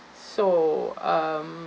so um